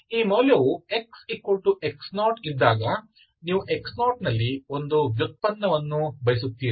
ಈ ಮೌಲ್ಯವು x x0ಇದ್ದಾಗ ನೀವು x0 ನಲ್ಲಿ ಒಂದು ವ್ಯುತ್ಪನ್ನವನ್ನು ಬಯಸುತ್ತೀರಿ